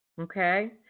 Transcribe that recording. Okay